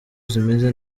zimeze